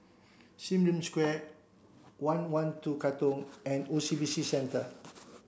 Sim Lim Square one one two Katong and O C B C Centre